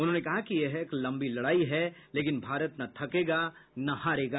उन्होंने कहा कि यह एक लंबी लड़ाई है लेकिन भारत न थकेगा न हारेगा